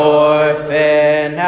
orphan